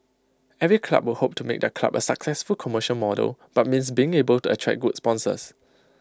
every club would hope to make their club A successful commercial model but means being able to attract good sponsors